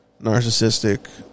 narcissistic